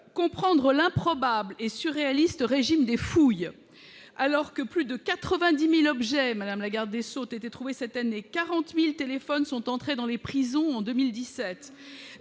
comprendre l'improbable et surréaliste régime des fouilles, alors que plus de 90 000 objets ont été trouvés cette année, et que 40 000 téléphones sont entrés dans les prisons en 2017